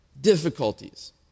difficulties